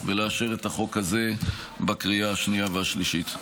ולאשר את החוק הזה בקריאה השנייה והשלישית.